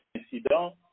incident